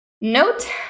note